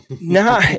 No